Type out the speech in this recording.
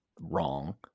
wrong